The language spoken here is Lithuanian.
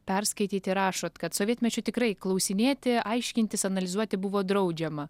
perskaityti rašot kad sovietmečiu tikrai klausinėti aiškintis analizuoti buvo draudžiama